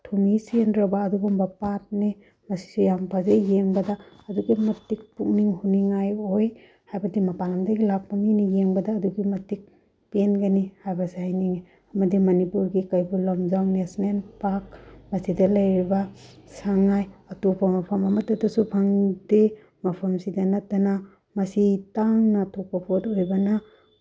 ꯊꯨꯝꯍꯤ ꯆꯦꯟꯗ꯭ꯔꯕ ꯑꯗꯨꯒꯨꯝꯕ ꯄꯥꯠꯅꯤ ꯃꯁꯤꯁꯨ ꯌꯥꯝ ꯐꯖꯩ ꯌꯦꯡꯕꯗ ꯑꯗꯨꯛꯀꯤ ꯃꯇꯤꯛ ꯄꯨꯛꯅꯤꯡ ꯍꯨꯅꯤꯡꯉꯥꯏ ꯑꯣꯏ ꯍꯥꯏꯕꯗꯤ ꯃꯄꯥꯟꯗꯒꯤ ꯂꯥꯛꯄ ꯃꯤꯅ ꯌꯦꯡꯕꯗ ꯑꯗꯨꯛꯀꯤ ꯃꯇꯤꯛ ꯄꯦꯟꯒꯅꯤ ꯍꯥꯏꯕꯁꯦ ꯍꯥꯏꯅꯤꯡꯉꯤ ꯑꯃꯗꯤ ꯃꯅꯤꯄꯨꯔꯒꯤ ꯀꯩꯕꯨꯜ ꯂꯝꯖꯥꯎ ꯅꯦꯁꯅꯦꯜ ꯄꯥꯛ ꯃꯁꯤꯗ ꯂꯩꯔꯤꯕ ꯁꯉꯥꯏ ꯑꯇꯣꯞꯄ ꯃꯐꯝ ꯑꯃꯠꯇꯗꯁꯨ ꯐꯪꯗꯦ ꯃꯐꯝꯁꯤꯗ ꯅꯠꯇꯅ ꯃꯁꯤ ꯇꯥꯡꯅ ꯊꯣꯛꯄ ꯄꯣꯠ ꯑꯣꯏꯕꯅ